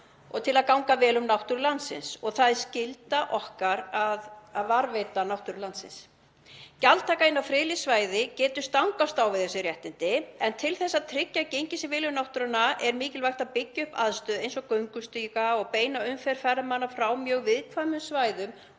til að ganga vel um náttúru landsins og það er skylda okkar að varðveita náttúru landsins. Gjaldtaka inn á friðlýst svæði getur stangast á við þessi réttindi. En til þess að tryggja að gengið sé vel um náttúruna er mikilvægt að byggja upp aðstöðu eins og göngustíga og beina umferð ferðamanna frá mjög viðkvæmum svæðum